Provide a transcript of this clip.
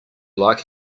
like